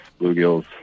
bluegills